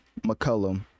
mccullum